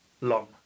Long